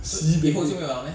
sibei